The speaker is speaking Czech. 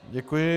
Děkuji.